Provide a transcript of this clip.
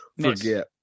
forget